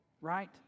right